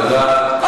תודה,